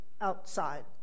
outside